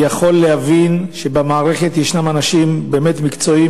יכול להבין שבמערכת ישנם אנשים באמת מקצועיים,